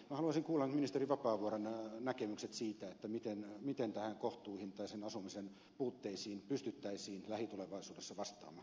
haluaisin kuulla ministeri vapaavuoren näkemykset siitä miten näihin kohtuuhintaisen asumisen puutteisiin pystyttäisiin lähitulevaisuudessa vastaamaan